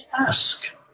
Ask